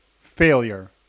failure